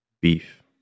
beef